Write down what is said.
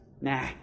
Nah